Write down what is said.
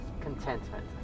contentment